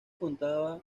contaban